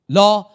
law